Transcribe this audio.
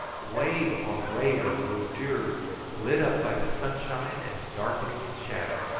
wave upon wave of verdure lit up by the sunshine and darkening in shadow.